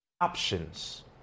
options